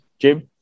Jim